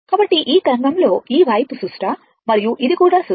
కాబట్టి ఈ తరంగం లో ఈ వైపు సుష్ట మరియు ఇది కూడా సుష్ట